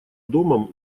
домом